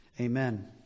Amen